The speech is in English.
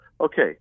okay